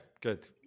good